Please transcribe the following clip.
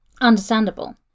Understandable